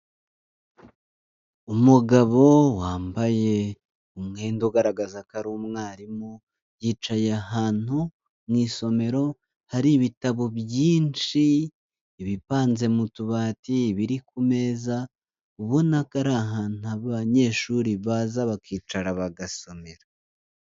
Umugabo wambaye umwenda ugaragaza ko ari umwarimu ,yicaye ahantu mu isomero hari ibitabo byinshi ,ibipanze mu tubati ,ibiri ku meza ubona ko ari ahantu banyeshuri baza bakicara bagasomerara.